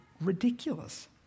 ridiculous